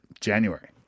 January